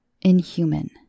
inhuman